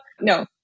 No